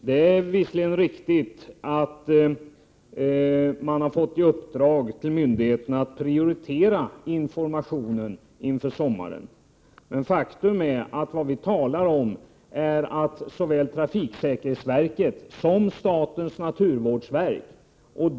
Det är visserligen riktigt att myndigheterna har fått i uppdrag att prioritera informationen inför sommaren, men faktum är att vad vi talar om är att trafiksäkerhetsverket och naturvårdsverket skall få i uppdrag att genomföra en särskild informationskampanj.